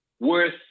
worth